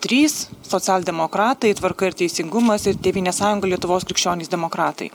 trys socialdemokratai tvarka ir teisingumas ir tėvynės sąjunga lietuvos krikščionys demokratai